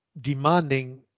demanding